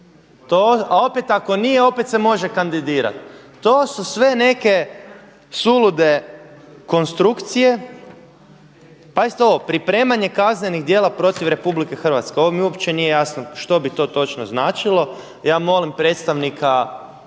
A opet ako nije, opet se može kandidirati. To su sve neke sulude konstrukcije. Pazite ovo! Pripremanje kaznenih djela protiv Republike Hrvatske. Ovo mi uopće nije jasno što bi to točno značilo. Ja molim predstavnika izlagatelja